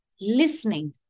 listening